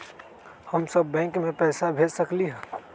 हम सब बैंक में पैसा भेज सकली ह?